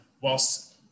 whilst